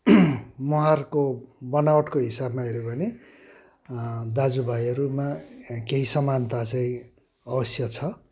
मुहारको बनावटको हिसाबमा हेऱ्यो भने दाजु भाइहरूमा केही समानता चाहिँ अवश्य छ